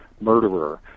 murderer